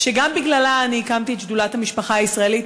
שגם בגללה אני הקמתי את שדולת המשפחה הישראלית.